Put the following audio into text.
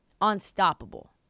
unstoppable